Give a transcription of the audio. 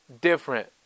different